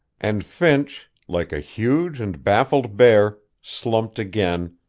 and finch, like a huge and baffled bear, slumped again,